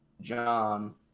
John